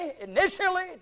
initially